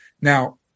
now